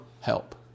help